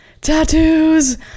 tattoos